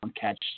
catch